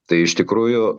tai iš tikrųjų